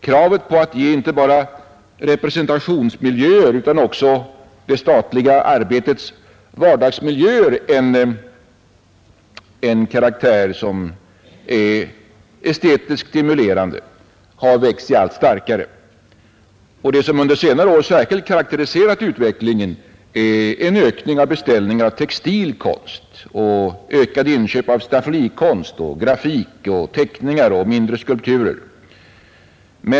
Kravet på att ge inte bara representationsmiljöer utan också det statliga arbetets vardagsmiljöer en karaktär som är estetiskt stimulerande har växt sig allt starkare. Det som under senare år särskilt karakteriserat utvecklingen är ökade beställningar av textil konst, stafflikonst, grafik, teckningar och mindre skulpturer.